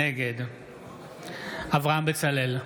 נגד אברהם בצלאל,